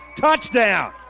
Touchdown